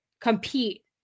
compete